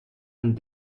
een